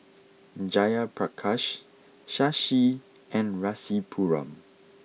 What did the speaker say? Jayaprakash Shashi and Rasipuram